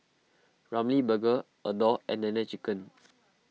Ramly Burger Adore and Nene Chicken